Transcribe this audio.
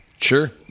Sure